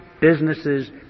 businesses